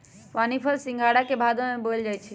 पानीफल सिंघारा के भादो में बोयल जाई छै